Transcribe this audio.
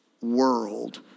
world